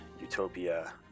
Utopia